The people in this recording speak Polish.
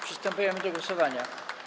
Przystępujemy do głosowania.